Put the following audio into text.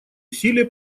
усилия